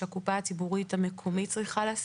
זה לא שיקול שהקופה הציבורית המקומית צריכה לשאת.